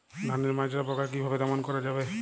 ধানের মাজরা পোকা কি ভাবে দমন করা যাবে?